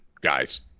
guys